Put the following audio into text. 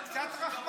אבל קצת רחמנות.